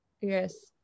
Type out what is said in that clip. yes